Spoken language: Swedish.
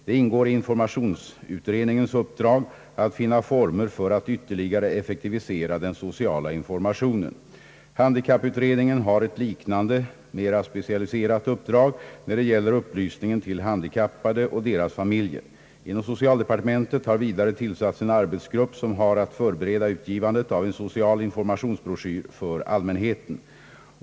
Det ingår i informationsutredningens uppdrag att finna former för att ytterligare effektivisera den sociala informationen. Handikapputredningen har ett liknande, mera specialiserat uppdrag när det gäller upplysningen till handikappade och deras familjer. Inom socialdepartementet har vidare tillsatts en arbetsgrupp som har att förbereda utgivandet av en social informationsbroschyr för allmänheten.